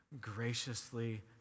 graciously